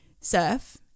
surf